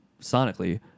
sonically